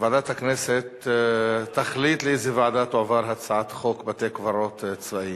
והיא תועבר לוועדת החוץ והביטחון.